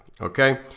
Okay